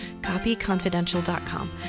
copyconfidential.com